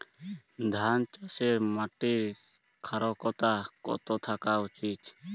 ধান চাষে মাটির ক্ষারকতা কত থাকা উচিৎ?